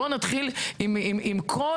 בואו נתחיל, ועם כל